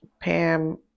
Pam